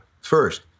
first